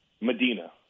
Medina